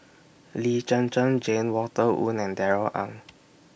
Lee Zhen Zhen Jane Walter Woon and Darrell Ang